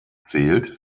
zählt